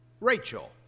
Rachel